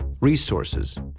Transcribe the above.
resources